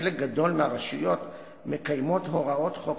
חלק גדול מהרשויות מקיימות את הוראות חוק